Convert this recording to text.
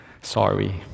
sorry